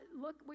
look